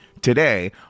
today